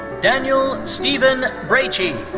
daniel stephen brachey.